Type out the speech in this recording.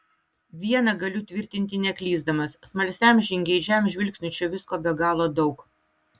viena galiu tvirtinti neklysdamas smalsiam žingeidžiam žvilgsniui čia visko be galo daug